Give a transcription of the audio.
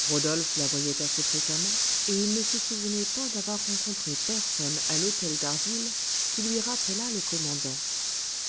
rodolphe la voyait assez fréquemment et il ne se souvenait pas d'avoir rencontré personne à l'hôtel d'harville qui lui rappelât le commandant